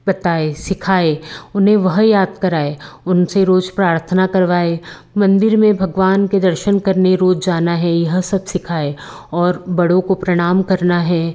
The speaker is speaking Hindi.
बताएं सिखाएं उन्हें वह याद कराएं उनसे रोज़ प्रार्थना करवाएं मंदिर में भगवान के दर्शन करने रोज़ जाना है यह सब सिखाएं और बड़ों को प्रणाम करना है